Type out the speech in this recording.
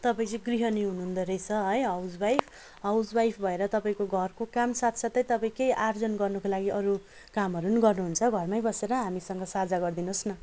तपाईँ चाहिँ गृहणी हुनुहुँदो रहेछ है हाउस वाइफ हाउस वाइफ भएर तपाईँको घरको काम साथसाथै तपाईँ केही आर्जन गर्नुको लागि अरू कामहरू पनि गर्नुहुन्छ घरमै बसेर हामीसँग साझा गरिदिनु होस् न